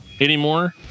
Anymore